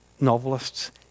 novelists